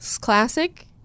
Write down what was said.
Classic